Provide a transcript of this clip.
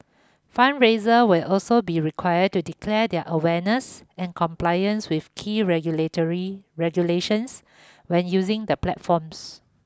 fundraiser will also be required to declare their awareness and compliance with key regulatory regulations when using the platforms